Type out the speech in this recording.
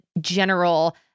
general